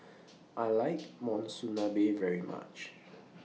I like Monsunabe very much